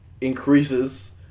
increases